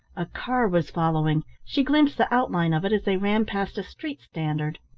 a car was following, she glimpsed the outline of it as they ran past a street standard.